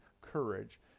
courage